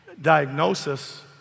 diagnosis